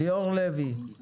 ליאור לוי, בבקשה.